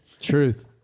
Truth